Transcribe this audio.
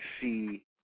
see